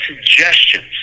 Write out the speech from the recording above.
suggestions